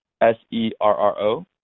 S-E-R-R-O